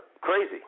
crazy